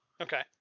okay